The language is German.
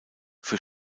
für